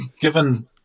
given